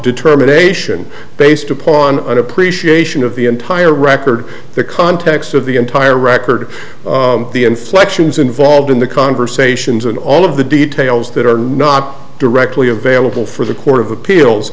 determination based upon an appreciation of the entire record the context of the entire record the inflections involved in the conversations and all of the details that are not directly available for the court of appeals